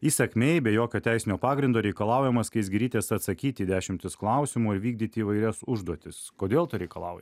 įsakmiai be jokio teisinio pagrindo reikalaujama skaisgirytės atsakyti į dešimtis klausimų ir vykdyti įvairias užduotis kodėl to reikalauja